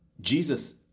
Jesus